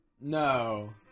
No